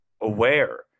aware